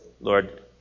Lord